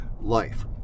life